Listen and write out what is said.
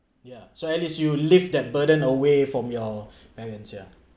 ya so at least you leave that burden away from your parents yeah